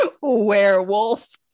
werewolf